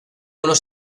unos